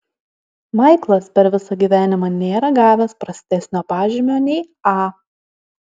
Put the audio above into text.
maiklas per visą gyvenimą nėra gavęs prastesnio pažymio nei a